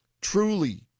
truly